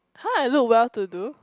[huh] I look well to do